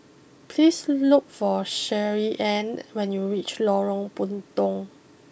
please look for Shirleyann when you reach Lorong Puntong